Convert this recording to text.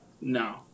no